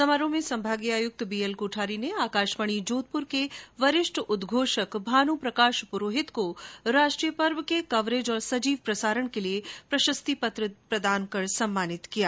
समारोह में संभागीय आयुक्त बी एल कोठारी ने आकाशवाणी जोधपुर के वरिष्ठ उदघोषक भानुप्रकाश पुरोहित को राष्ट्रीय पर्व के कवरेज और सजीव प्रसारण के लिए प्रशर्सित पत्र प्रदान कर सम्मानित किया गया